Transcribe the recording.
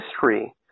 history